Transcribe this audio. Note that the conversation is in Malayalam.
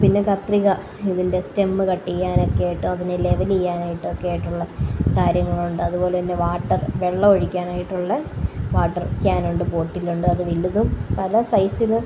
പിന്നെ കത്രിക ഇതിന്റെ സ്റ്റെം കട്ട് ചെയ്യാനെക്കെയായിട്ട് അതിനെ ലെവൽ ചെയ്യാനെക്കെയായിട്ടുള്ള കാര്യങ്ങളുണ്ട് അതുപോലെതന്നെ വാട്ടര് വെള്ളം ഒഴിക്കാനായിട്ടുള്ള വാട്ടര് ക്യാൻ ഉണ്ട് ബോട്ടിലുണ്ട് അത് വലുതും പല സൈസില്